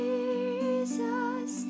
Jesus